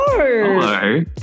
Hello